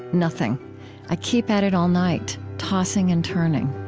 nothing i keep at it all night, tossing and turning.